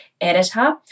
editor